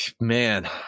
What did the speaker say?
man